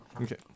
okay